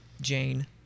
Jane